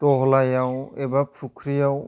दहलायाव एबा फुख्रियाव